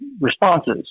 responses